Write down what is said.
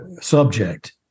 subject